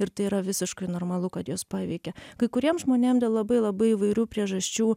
ir tai yra visiškai normalu kad jos paveikia kai kuriem žmonėm dėl labai labai įvairių priežasčių